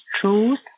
truth